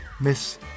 miss